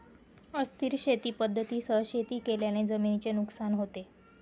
अस्थिर शेती पद्धतींसह शेती केल्याने जमिनीचे नुकसान होते